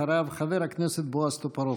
אחריו, חבר הכנסת בועז טופורובסקי.